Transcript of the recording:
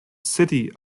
city